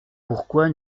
pourquoi